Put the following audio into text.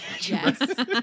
Yes